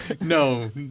No